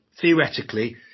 Theoretically